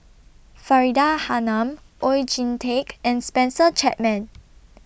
Faridah Hanum Oon Jin Teik and Spencer Chapman